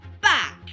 back